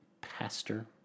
Pastor